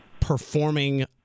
performing